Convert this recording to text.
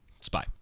Spy